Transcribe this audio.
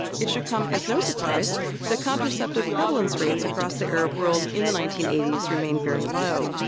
it should come as no surprise that contraceptive prevalence rates across the arab world in the nineteen eighty s remained very low.